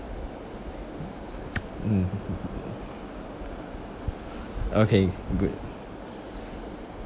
mm okay good